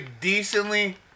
decently